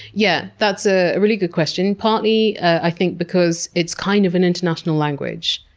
yeah, that's a really good question. partly, i think because it's kind of an international language.